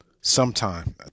sometime